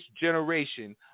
generation